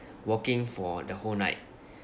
walking for the whole night